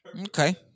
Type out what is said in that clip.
Okay